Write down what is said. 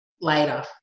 later